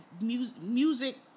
music